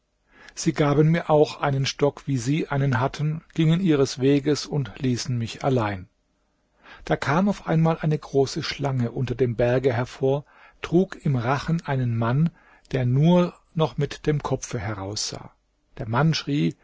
sie gaben mir auch einen stock wie sie einen hatten gingen ihres weges und ließen mich allein da kam auf einmal eine große schlange unter dem berge hervor und trug im rachen einen mann der nur noch mit dem kopfe heraussah der mann schrie